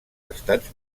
estats